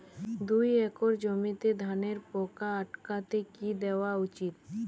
দুই একর জমিতে ধানের পোকা আটকাতে কি দেওয়া উচিৎ?